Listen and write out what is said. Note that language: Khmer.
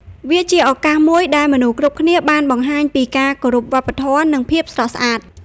វាជាឱកាសមួយដែលមនុស្សគ្រប់គ្នាបានបង្ហាញពីការគោរពវប្បធម៌និងភាពស្រស់ស្អាត។